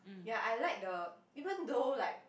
ya I like the even though like